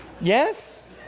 Yes